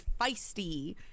feisty